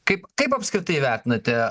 kaip kaip apskritai vertinate